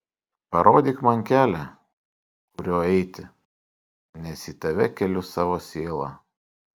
parodyk man kelią kuriuo eiti nes į tave keliu savo sielą